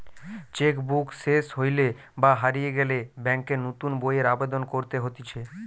check book সেস হইলে বা হারিয়ে গেলে ব্যাংকে নতুন বইয়ের আবেদন করতে হতিছে